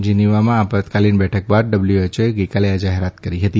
જીનીવામાં આપાતકાલીન બેઠક બાદ ડબલ્યુએયઓએ ગઈકાલે આ જાહેરાત કરી હતી